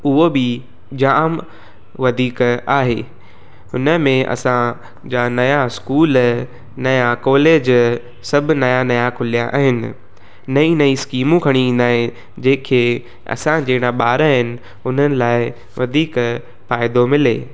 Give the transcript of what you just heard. उओ बि जाम वधीक आहे हुनमें असांजा नयां स्कूल नयां कॉलेज सभु नयां नयां खुलिया आहिनि नई नई स्कीमू खणी इंदा आहिनि जंहिंखे असां जहिड़ा ॿार आहिनि उन्हनि लाइ वधीक फ़ाइदो मिले